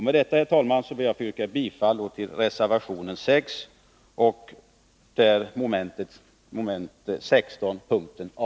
Med detta, herr talman, ber jag att få yrka bifall till reservationen 6, mom. 16, punkt a.